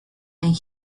and